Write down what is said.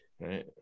right